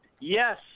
Yes